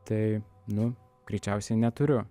tai nu greičiausiai neturiu